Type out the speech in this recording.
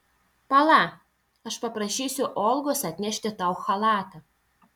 pala aš paprašysiu olgos atnešti tau chalatą